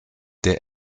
der